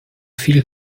viel